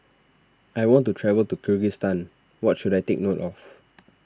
I want to travel to Kyrgyzstan what should I take note of